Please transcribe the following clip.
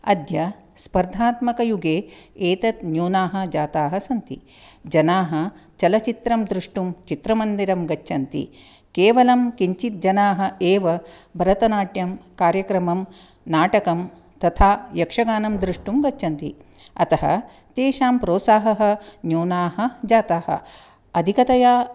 अद्य स्पर्धात्मकयुगे एतत् न्यूनाः जाताः सन्ति जनाः चलच्चित्रं द्रष्टुं चित्रमन्दिरं गच्छन्ति केवलं किञ्चित् जनाः एव भरतनाट्यं कार्यक्रमं नाटकं तथा यक्षगानं द्रष्टुं गच्छन्ति अतः एतेषां प्रोत्साहः न्यूनाः जाताः अधिकतया